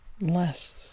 Less